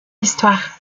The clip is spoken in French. histoire